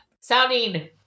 Sounding